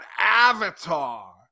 avatar